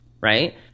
right